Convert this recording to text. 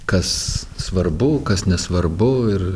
kas svarbu kas nesvarbu ir